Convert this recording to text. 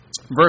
Verse